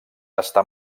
està